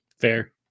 Fair